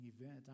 event